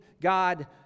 God